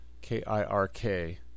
K-I-R-K